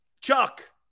Chuck